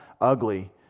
ugly